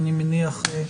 אני מניח,